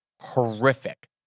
horrific